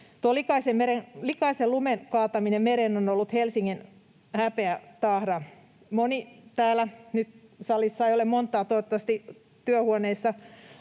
Likaisen lumen kaataminen mereen on ollut Helsingin häpeätahra. — Täällä salissa ei ole nyt montaa, toivottavasti työhuoneissa